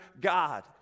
God